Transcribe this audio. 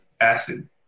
acid